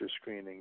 screening